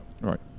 Right